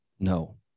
no